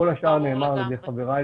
כל השאר נאמר על ידי חבריי.